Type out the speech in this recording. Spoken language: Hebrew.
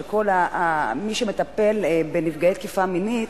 של כל מי שמטפל בנפגעי תקיפה מינית,